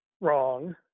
wrong